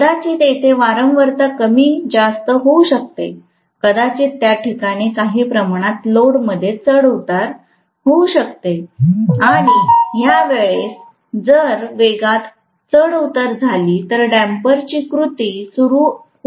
कदाचित तेथे वारंवारता कमी जास्त होऊ शकते कदाचित त्या ठिकाणी काही प्रमाणात लोड मध्ये पण चढ उत्तर होऊ शकतोआणि ह्या वेळेस जर वेगात चढ उतार झाली तर डम्परची कृती सुरु होईल